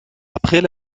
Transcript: après